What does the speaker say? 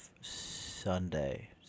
Sunday